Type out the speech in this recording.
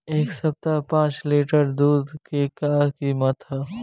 एह सप्ताह पाँच लीटर दुध के का किमत ह?